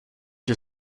you